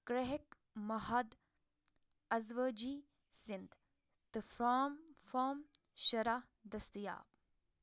گریفہک مہاد ازوٲجی سِنٛد فرام فام شُراہ دٔستِیاب